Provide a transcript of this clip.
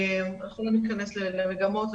בגלל קוצר הזמן לא ניכנס למגמות.